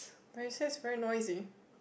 recess very noisy